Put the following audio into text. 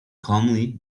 calmly